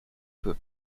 peu